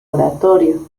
oratorio